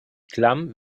klamm